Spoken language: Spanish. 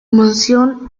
mansión